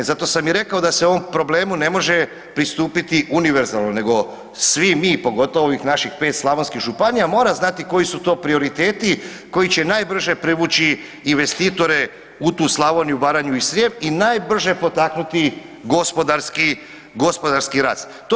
Zato sam i rekao da se ovom problemu ne može pristupiti univerzalno nego svi mi pogotovo ovih naših 5 slavonskih županija mora znati koji su to prioriteti koji će najbrže privući investitore u tu Slavoniju, Baranju i Srijem i najbrže potaknuti gospodarski, gospodarski rast.